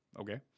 Okay